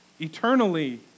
Eternally